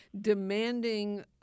demanding